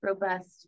robust